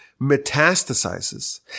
metastasizes